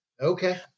Okay